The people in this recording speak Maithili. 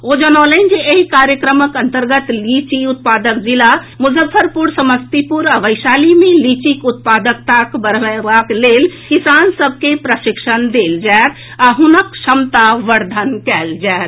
ओ जनौलनि जे एहि कार्यक्रमक अन्तर्गत लीची उत्पादक जिला मुजफ्फरपुर समस्तीपुर आ वैशाली मे लीचीक उत्पादकता बढ़यबाक लेल किसान सभ के प्रशिक्षिण देल जायत आ हुनक क्षमतावर्द्वन कयल जायत